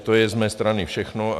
To je z mé strany všechno.